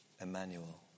Emmanuel